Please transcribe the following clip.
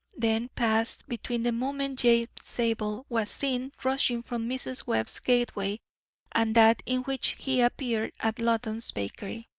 then, passed between the moment james zabel was seen rushing from mrs. webb's gateway and that in which he appeared at loton's bakery,